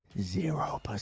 zero